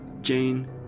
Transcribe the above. Jane